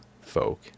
folk